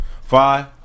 Five